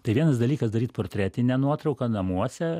tai vienas dalykas daryt portretinę nuotrauką namuose